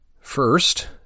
First